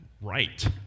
right